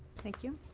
thank you.